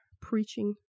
preaching